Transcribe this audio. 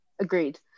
agreed